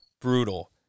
Brutal